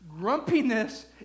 Grumpiness